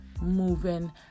moving